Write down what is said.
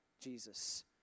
Jesus